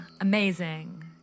amazing